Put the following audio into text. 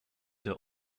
der